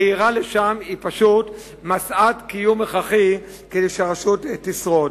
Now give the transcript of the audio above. הנהירה לשם היא פשוט משאת קיום הכרחית כדי שהרשות תשרוד.